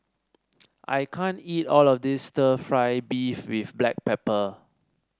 I can't eat all of this stir fry beef with Black Pepper